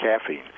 caffeine